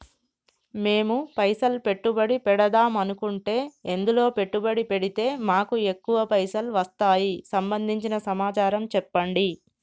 మేము పైసలు పెట్టుబడి పెడదాం అనుకుంటే ఎందులో పెట్టుబడి పెడితే మాకు ఎక్కువ పైసలు వస్తాయి సంబంధించిన సమాచారం చెప్పండి?